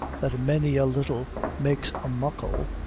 that many a little makes a muckle,